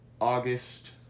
August